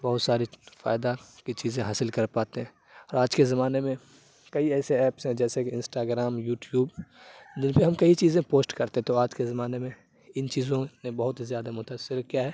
بہت ساری فائدہ کی چیزیں حاصل کر پاتے ہیں اور آج کے زمانے میں کئی ایسے ایپس ہیں جیسے کہ انسٹاگرام یوٹیوب جن پہ ہم کئی چیزیں پوسٹ کرتے ہیں تو آج کے زمانے میں ان چیزوں نے بہت ہی زیادہ متاثر کیا ہے